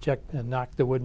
checked and knocked the wo